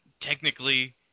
technically